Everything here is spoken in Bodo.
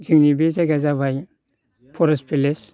जोंनि बे जायगाया जाबाय फरेस्ट भिलेज